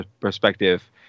perspective